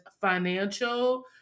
financial